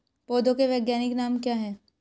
पौधों के वैज्ञानिक नाम क्या हैं?